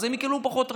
אז הן יקבלו פחות רווח.